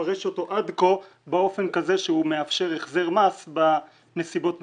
לפרש אותו עד כה באופן הזה שהוא מאפשר החזר מס בנסיבות מסוימות,